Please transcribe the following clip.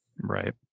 Right